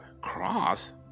cross